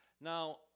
Now